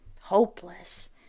Hopeless